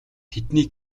тэдний